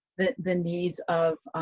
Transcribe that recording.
that the needs of,